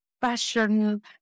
passion